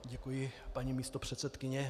Děkuji, paní místopředsedkyně.